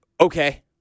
Okay